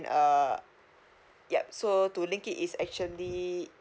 err yup so to link it is actually